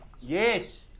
Yes